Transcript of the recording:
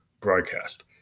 broadcast